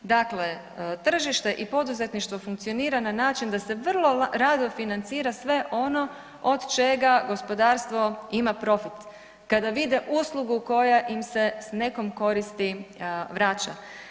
Dakle, tržište i poduzetništvo funkcionira na način da se vrlo rado financira sve ono od čega gospodarstvo ima profit kada vide uslugu koja im se s nekom koristi vraća.